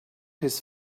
his